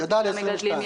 גדל ל-22,000 טון.